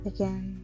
Again